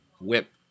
whip